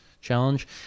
challenge